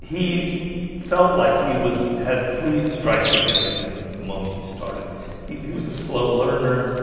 he felt like he was had three strikes against him the moment he started he he was a slow learner